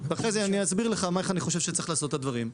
אני אסביר לך איך אני חושב שצריך לעשות את הדברים.